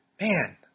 man